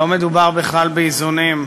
לא מדובר בכלל באיזונים,